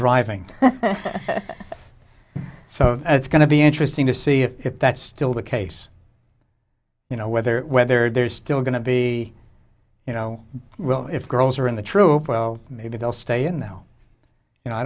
driving so it's going to be interesting to see if that's still the case you know whether whether there's still going to be you know well if girls are in the troop well maybe they'll stay in though you know i